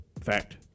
Fact